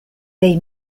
dei